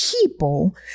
People